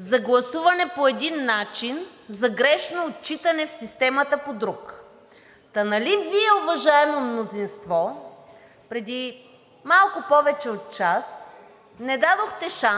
за гласуване по един начин, а за грешно отчитане в системата по друг. Та нали Вие, уважаемо мнозинство, преди малко повече от час не дадохте шанс